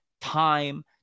time